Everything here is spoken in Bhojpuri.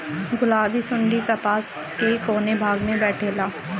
गुलाबी सुंडी कपास के कौने भाग में बैठे ला?